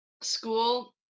school